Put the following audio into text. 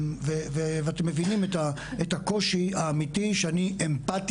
ואתם מבינים את הקושי האמיתי שאני אמפתי